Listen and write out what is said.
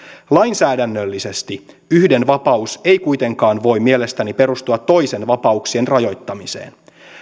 lainsäädännöllisesti yhden vapaus ei kuitenkaan voi mielestäni perustua toisen vapauksien rajoittamiseen